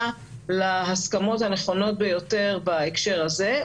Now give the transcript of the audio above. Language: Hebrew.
להסכמות הנכונות ביותר בהקשר הזה,